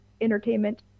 entertainment